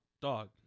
dog